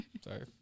Sorry